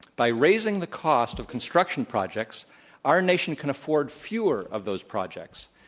by raising the cost of construction projects our nation can afford fewer of those projects.